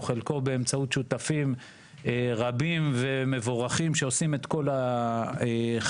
חלקו באמצעות שותפים רבים ומבורכים שעושים את כל החלקים.